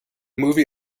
movie